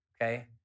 okay